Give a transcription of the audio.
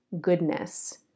goodness